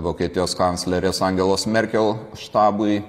vokietijos kanclerės angelos merkel štabui